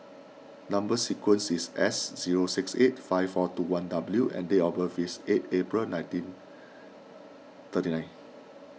Number Sequence is S zero six eight five four two one W and date of birth is eight April nineteen thirty nine